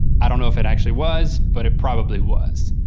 i don't know if it actually was, but it probably was.